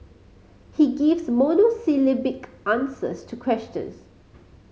he gives monosyllabic answers to questions